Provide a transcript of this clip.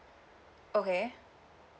okay